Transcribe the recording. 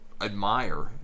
admire